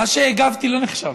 מה שהגבתי לא נחשב.